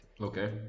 Okay